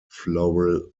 floral